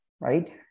right